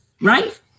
Right